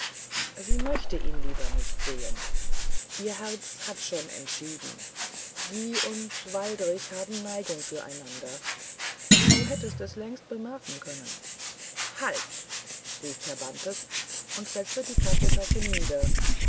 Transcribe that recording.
sie möchte ihn lieber nicht sehen ihr herz hat schon entschieden sie und waldrich haben neigung füreinander du hättest es längst bemerken können halt rief herr bantes und setzte die kaffeetasse nieder